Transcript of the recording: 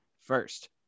first